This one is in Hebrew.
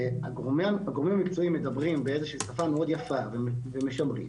שהגורמים המקצועיים מדברים באיזו שהיא שפה מאוד יפה ומשמרים,